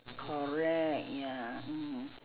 correct ya mm